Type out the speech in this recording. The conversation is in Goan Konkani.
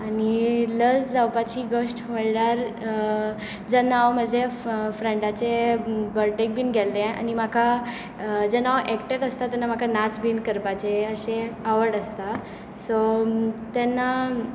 आनी लज जावपाची गोश्ट म्हणल्यार जेन्ना हांव म्हज्या फ्रेंडाच्या बर्थडेक बी गेल्लें आनी म्हाका जेन्ना हांव एकटेंच आसता तेन्ना म्हाका नाच बी करपाचें अशें आवड आसता सो तेन्ना